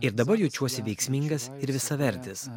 ir dabar jaučiuosi veiksmingas ir visavertis